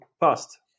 past